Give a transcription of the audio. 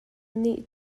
nih